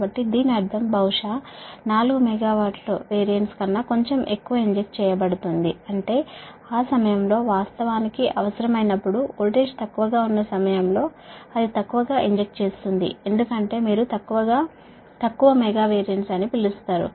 కాబట్టి దీని అర్థం బహుశా 4 మెగా VAR కన్నా కొంచెం ఎక్కువ ఇంజెక్ట్ చేయబడుతుంది అంటే ఆ సమయంలో వాస్తవానికి అవసరమైనప్పుడు వోల్టేజ్ తక్కువగా ఉన్న సమయంలో అది తక్కువగా ఇంజెక్ట్ చేస్తుంది ఎందుకంటే మీరు తక్కువ మెగా VAR అని పిలుస్తారు